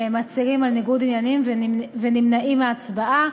מצהירים על ניגוד עניינים ונמנעים מהצבעה.